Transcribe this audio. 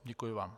Děkuji vám.